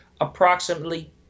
approximately